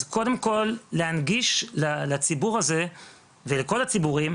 אז קודם כל להנגיש לציבור הזה ולכל הציבורים,